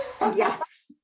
Yes